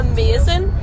Amazing